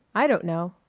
i don't know.